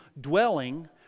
dwelling